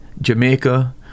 Jamaica